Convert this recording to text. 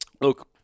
look